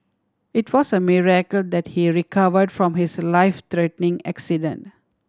it was a miracle that he recovered from his life threatening accident